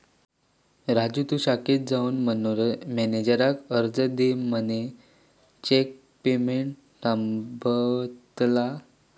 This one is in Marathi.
राजू तु शाखेत जाऊन मॅनेजराक अर्ज दे मगे चेक पेमेंट थांबतला